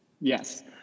Yes